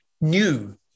new